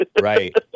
Right